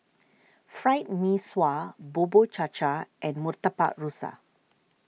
Fried Mee Sua Bubur Cha Cha and Murtabak Rusa